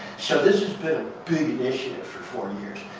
so this has been a big initiative for four years.